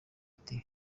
ati